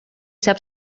sap